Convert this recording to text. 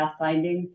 pathfinding